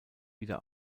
wieder